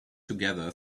together